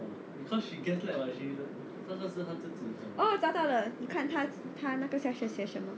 oh 找到了看她她那个 xiaxue session